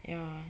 ya